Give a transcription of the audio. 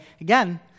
Again